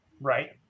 Right